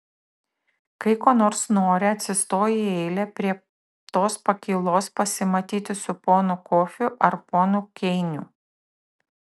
kai ko nors nori atsistoji į eilę prie tos pakylos pasimatyti su ponu kofiu ar ponu keiniu